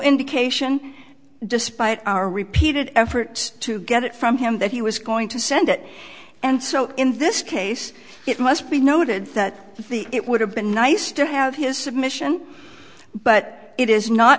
indication despite our repeated efforts to get it from him that he was going to send it and so in this case it must be noted that the it would have been nice to have his submission but it is not